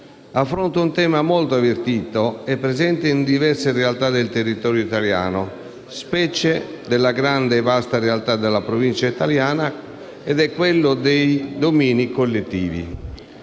affronta un tema molto avvertito e presente in diverse realtà del territorio italiano, specie della grande e vasta realtà della provincia italiana: quello dei domini collettivi.